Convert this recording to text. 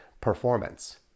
performance